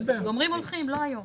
גומרים הולכים, לא היום.